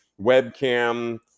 webcam